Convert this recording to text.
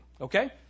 Okay